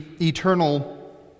eternal